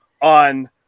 on